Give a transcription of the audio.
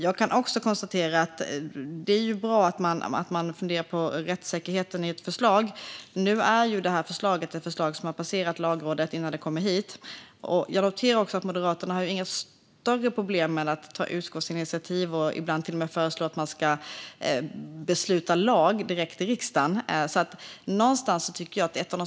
Jag kan också konstatera att det är bra att man funderar på rättssäkerheten i ett förslag, men nu är det här förslaget ett förslag som har passerat Lagrådet innan det har kommit hit. Jag noterar också att Moderaterna inte har några större problem med att ta utskottsinitiativ och ibland föreslå att man ska besluta lag direkt i riksdagen.